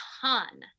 ton